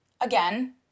again